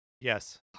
Yes